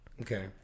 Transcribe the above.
Okay